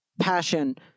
passion